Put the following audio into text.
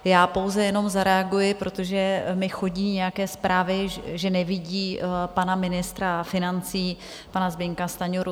Já pouze jenom zareaguji, protože mi chodí nějaké zprávy, že nevidí pana ministra financí, pana Zbyňka Stanjuru.